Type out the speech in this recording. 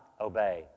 obey